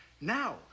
now